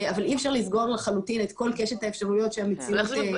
אבל אי אפשר לסגור לחלוטין את כל קשת האפשרויות שהמציאות תציף.